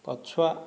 ପଛୁଆ